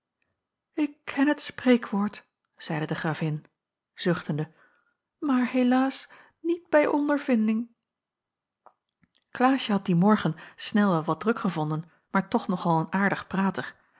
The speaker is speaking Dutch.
ik ken het spreekwoord zeide de gravin zuchtende maar helaas niet bij ondervinding klaasje had dien morgen snel wel wat druk gevonden maar toch nog al een aardig prater